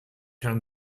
herrn